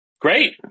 Great